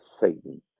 Satan